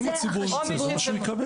אם הציבור ירצה זה מה שהוא יקבל.